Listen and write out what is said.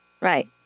Right